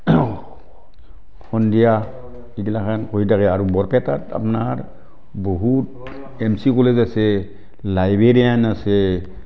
সন্ধিয়া এইগিলাখেন হৈ থাকে আৰু বৰপেটাত আপোনাৰ বহুত এম চি কলেজ আছে লাইব্ৰেৰিয়ান আছে